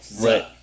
Right